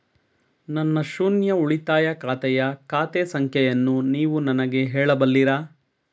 ನನ್ನ ಶೂನ್ಯ ಉಳಿತಾಯ ಖಾತೆಯ ಖಾತೆ ಸಂಖ್ಯೆಯನ್ನು ನೀವು ನನಗೆ ಹೇಳಬಲ್ಲಿರಾ?